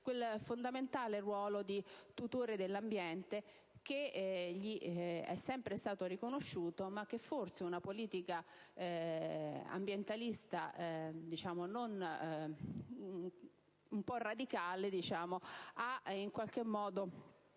quel fondamentale ruolo di tutore dell'ambiente che gli è da sempre riconosciuto, ma che forse una politica ambientalista un po' radicale ha in qualche modo